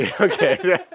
okay